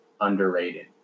underrated